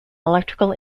electrical